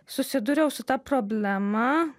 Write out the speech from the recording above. susidūriau su ta problema